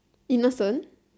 innocent